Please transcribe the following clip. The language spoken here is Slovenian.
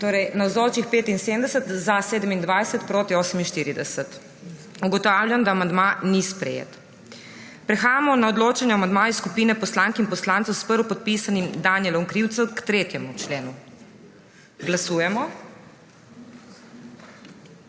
je glasovalo 27.) (Proti 48.) Ugotavljam, da amandma ni sprejet. Prehajamo na odločanje o amandmaju skupine poslank in poslancev s prvopodpisanim Danijelom Krivcem k 3. členu. Glasujemo.